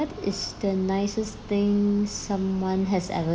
what is the nicest thing someone has ever